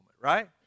right